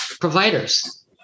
providers